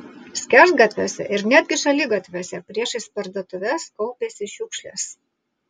skersgatviuose ir netgi šaligatviuose priešais parduotuves kaupėsi šiukšlės